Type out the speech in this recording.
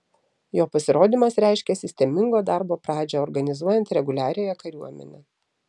jo pasirodymas reiškė sistemingo darbo pradžią organizuojant reguliariąją kariuomenę